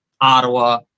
Ottawa